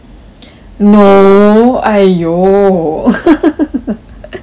no !aiyo!